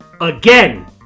again